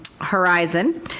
horizon